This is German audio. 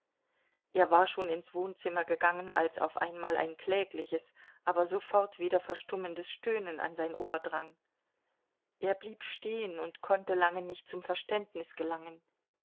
er war schon ins wohnzimmer gegangen als auf einmal ein klägliches aber sofort wieder verstummendes stöhnen an sein ohr drang er blieb stehen und konnte lange nicht zum verständnis gelangen